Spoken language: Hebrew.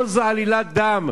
כל זה עלילת דם.